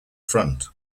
front